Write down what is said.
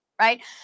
right